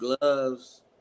gloves